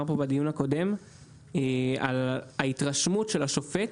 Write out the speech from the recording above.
כאן בדיון הקודם על ההתרשמות של השופט